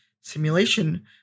simulation